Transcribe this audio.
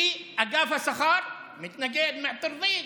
כי אגף השכר מתנגד, (אומר בערבית: